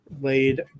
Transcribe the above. laid